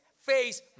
face